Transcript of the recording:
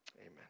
Amen